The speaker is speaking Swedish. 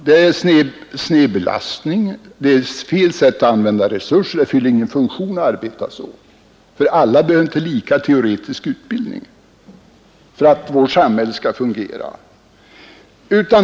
Det är en snedbelastning, det är fel sätt att använda resurser, det fyller ingen funktion att arbeta så, därför att alla behöver inte lika teoretisk utbildning för att vårt samhälle skall fungera.